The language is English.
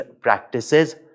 practices